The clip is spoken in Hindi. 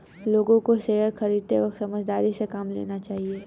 लोगों को शेयर खरीदते वक्त समझदारी से काम लेना चाहिए